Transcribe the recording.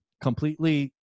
completely